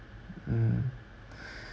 mm